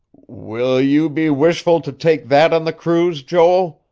will you be wishful to take that on the cruise, joel?